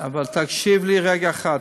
הישיבות, אבל תקשיב לי רגע אחד.